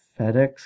FedEx